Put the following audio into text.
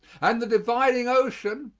and the dividing ocean,